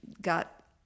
got